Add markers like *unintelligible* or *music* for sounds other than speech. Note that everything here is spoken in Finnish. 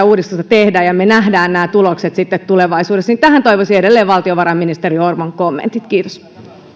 *unintelligible* uudistusta tee ja me näemme nämä tulokset sitten tulevaisuudessa tähän toivoisin edelleen valtiovarainministeri orvon kommentit kiitos